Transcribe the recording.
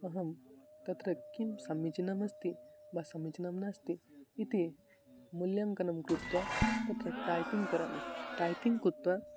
अहं तत्र किं समीचीनमस्ति वा समीचीनं नास्ति इति मूल्याङ्कनं कृत्वा तत्र टैपिङ्ग् करामि टैपिङ्ग् कृत्वा